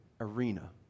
arena